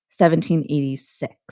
1786